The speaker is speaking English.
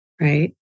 right